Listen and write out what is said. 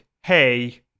Hey